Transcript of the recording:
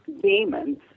demons